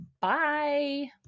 Bye